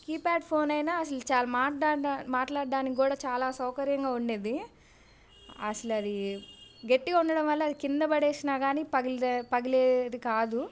keypad phone అయిన అసలు చాలా మాట్టాడ మాట్లాడడానికి కూడా చాలా సౌకర్యంగా ఉండేది అసలు అది గట్టిగా ఉండడం వల్ల అది కింద పడేసిన కానీ పగిల పగిలేది కాదు